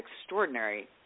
extraordinary